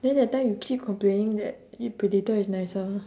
then that time you keep complaining that your potato is nicer